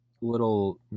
little